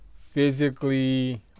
physically